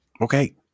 Okay